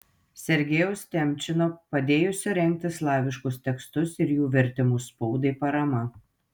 sergejaus temčino padėjusio rengti slaviškus tekstus ir jų vertimus spaudai parama